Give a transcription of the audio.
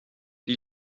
die